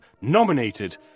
nominated